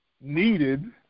needed